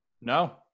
No